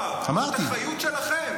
השר זוהר, זאת אחריות שלכם.